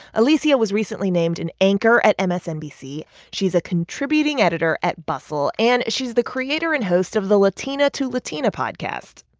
alicia was recently named an anchor at msnbc. she's a contributing editor at bustle, and she's the creator and host of the latina to latina podcast.